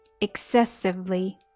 excessively